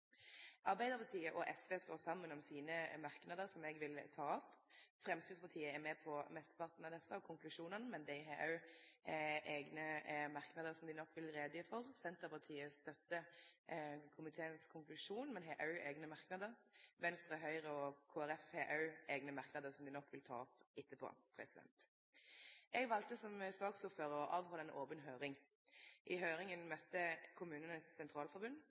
Arbeidarpartiet og SV står saman om sine merknader, som eg vil ta opp. Framstegspartiet er med på mesteparten av desse og konklusjonen, men dei har òg eigne merknader, som dei nok vil gjere greie for. Senterpartiet støttar komiteens konklusjon, men har òg eigne merknader. Venstre, Høgre og Kristeleg Folkeparti har òg eigne merknader, som dei nok vil ta opp etterpå. Eg valde, som saksordførar, å halde ei open høyring. I høyringa møtte